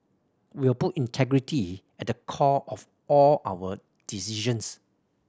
we'll put integrity at the core of all our decisions